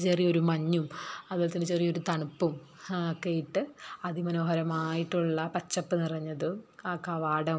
ചെറിയൊരു മഞ്ഞും അത് പോലെ തന്നെ ചെറിയൊരു തണുപ്പും ഒക്കെയിട്ട് അതിമനോഹരമായിട്ടുള്ള പച്ചപ്പ് നിറഞ്ഞതും ആ കവാടം